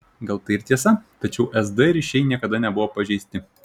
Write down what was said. gal tai ir tiesa tačiau sd ryšiai niekada nebuvo pažeisti